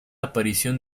aparición